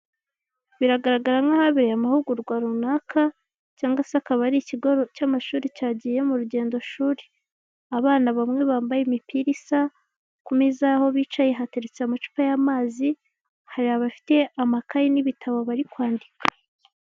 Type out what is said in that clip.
Biragaragara nk'ahabereye amahugurwa runaka cyangwa se akaba ari ikigo cy'amashuri cyagiye mu rugendo shuri, abana bamwe bambaye imipira isa ku meza aho bicaye hateretse amacupa y'amazi, hari abafite amakayi n'ibitabo bari kwandika.